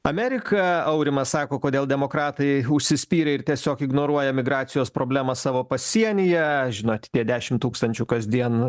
amerika aurimas sako kodėl demokratai užsispyrę ir tiesiog ignoruoja emigracijos problemą savo pasienyje žinot tie dešimt tūkstančių kasdien